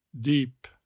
deep